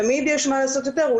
תמיד יש מה לעשות יותר,